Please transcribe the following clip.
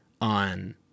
on